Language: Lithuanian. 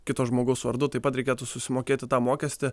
kito žmogaus vardu taip pat reikėtų susimokėti tą mokestį